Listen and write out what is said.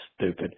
Stupid